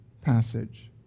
passage